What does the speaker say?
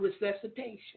resuscitation